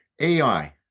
AI